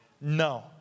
No